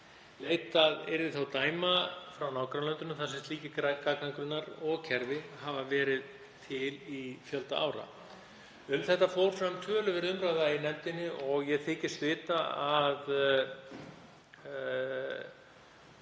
Leitað verði dæma frá nágrannalöndum, þar sem slíkir gagnagrunnar og kerfi hafa verið til í fjölda ára. Um þetta fór fram töluverð umræða í nefndinni og þykist ég vita að